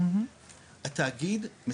התאגיד,